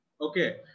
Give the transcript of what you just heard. Okay